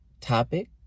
topic